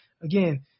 again